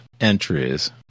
entries